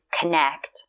connect